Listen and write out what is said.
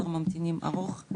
תור ממתינים ארוך,